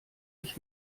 ich